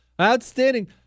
outstanding